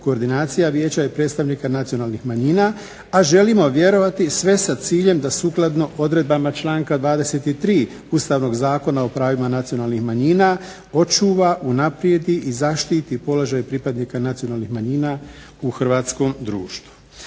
koordinacija vijeća i predstavnika nacionalnih manjina, a želimo vjerovati sve sa ciljem da sukladno odredbama članka 23. Ustavnog zakona o pravima nacionalnih manjina očuva, unaprijedi i zaštiti položaj pripadnika nacionalnih manjina u hrvatskom društvu.